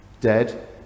dead